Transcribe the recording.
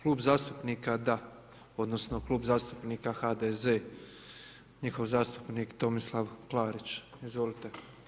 Klub zastupnika, da, odnosno Klub zastupnika HDZ, njihov zastupnik Tomislav Klarić, izvolite.